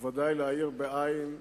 וודאי להעיר בעי"ן,